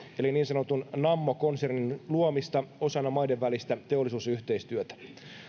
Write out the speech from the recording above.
eli niin sanotun nammo konsernin luomista osana maiden välistä teollisuusyhteistyötä